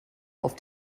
auf